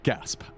Gasp